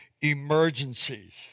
emergencies